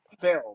film